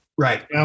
Right